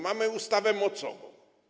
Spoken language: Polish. Mamy ustawę mocową.